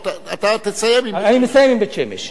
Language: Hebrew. אתה תסיים עם בית-שמש.